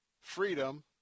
freedom